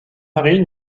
mari